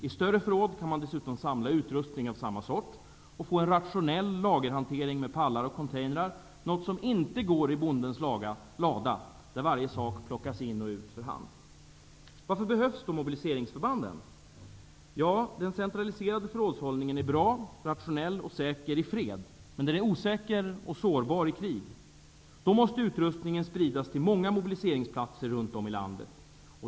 I större förråd kan man dessutom samla utrustning av samma sort och få en rationell lagerhantering med pallar och containrar, något som inte går i bondens lada där varje sak plockas in och ut för hand. Varför behövs då mobiliseringsförbanden? Jo, den centraliserade förrådshållningen är bra, rationell och säker i fred men osäker och sårbar i krig. Då måste utrustningen spridas till många mobiliseringsplatser runt om i landet.